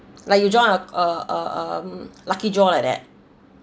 like you join a uh uh um lucky draw like that